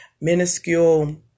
minuscule